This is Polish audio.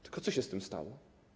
Tylko co się z tym stało?